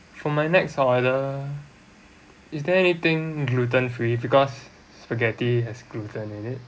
for my next order is there anything gluten free because spaghetti has gluten in it